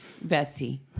Betsy